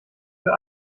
für